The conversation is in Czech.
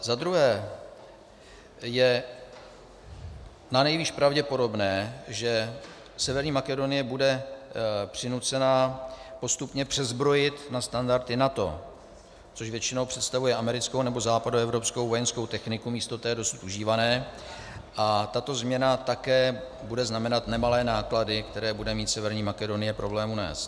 Za druhé je nanejvýš pravděpodobné, že Severní Makedonie bude přinucena postupně přezbrojit na standardy NATO, což většinou představuje americkou nebo západoevropskou vojenskou techniku místo té dosud užívané, a tato změna také bude znamenat nemalé náklady, které bude mít Severní Makedonie problém unést.